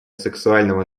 сексуального